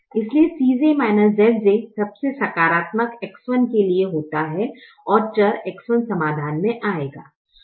इसलिए Cj Zj सबसे सकारात्मक X1 के लिए होता है और चर X1 समाधान में आ जाएगा